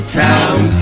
town